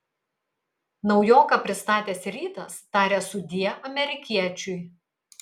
naujoką pristatęs rytas taria sudie amerikiečiui